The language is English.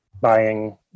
buying